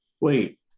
Wait